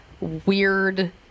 weird